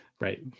Right